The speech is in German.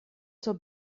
zur